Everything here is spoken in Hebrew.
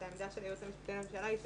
העמדה של הייעוץ המשפטי לממשלה,